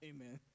Amen